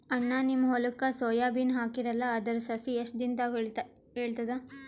ಅಣ್ಣಾ, ನಿಮ್ಮ ಹೊಲಕ್ಕ ಸೋಯ ಬೀನ ಹಾಕೀರಲಾ, ಅದರ ಸಸಿ ಎಷ್ಟ ದಿಂದಾಗ ಏಳತದ?